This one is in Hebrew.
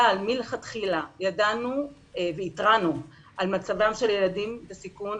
אבל מלכתחילה ידענו והתרענו על מצבם של ילדים בסיכון.